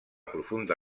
profunda